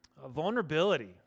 vulnerability